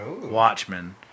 Watchmen